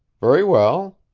very well?